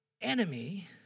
enemy